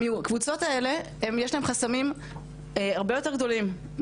הקבוצות האלה יש להן חסמים הרבה יותר גדולים,